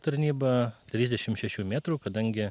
tarnyba trisdešim šešių metrų kadangi